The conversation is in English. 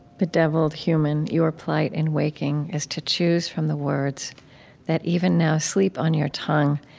bedeviled, human, your plight, in waking, is to choose from the words that even now sleep on your tongue,